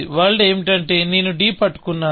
world ఏమిటంటే నేను d పట్టుకున్నాను